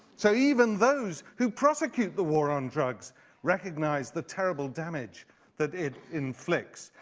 so even those who prosecuted the war on drugs recognize the terrible damage that it inflicts.